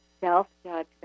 self-judgment